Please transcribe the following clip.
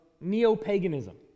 neo-paganism